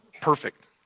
perfect